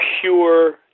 pure